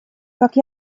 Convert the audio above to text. как